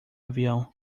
avião